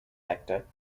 actor